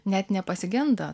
net nepasigenda